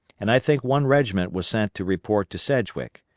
and i think one regiment was sent to report to sedgwick.